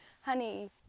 honey